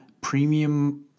premium